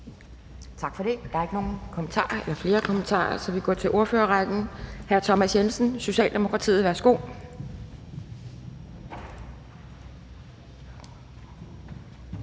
Tak for det. Der er ikke flere kommentarer, så vi går til ordførerrækken. Hr. Thomas Jensen, Socialdemokratiet. Værsgo.